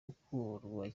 gukundwa